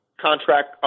contract